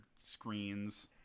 screens